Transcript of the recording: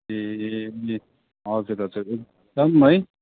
ए हजुर हजुर एकदम है